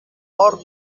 more